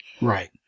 Right